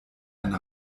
eine